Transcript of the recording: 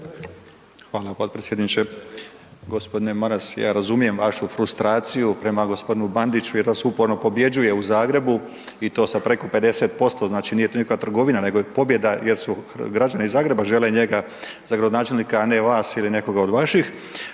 Mladen (HDZ)** g. Maras, ja razumijem vašu frustraciju prema g. Bandiću jer vas uporno pobjeđuje u Zagrebu i to sa preko 50%, znači, nije to nikakva trgovina, nego je pobjeda jer su, građani Zagreba žele njega za gradonačelnika, a ne vas ili nekoga od vaših.